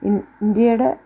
ഇന്ത്യയുടെ